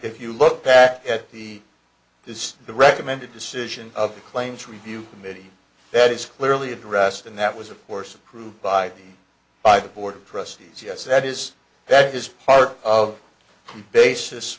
if you look back at the it's the recommended decision of the claims review committee that is clearly addressed and that was of course approved by by the board of trustees yes that is that is part of